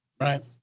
right